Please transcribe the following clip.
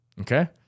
okay